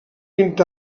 vint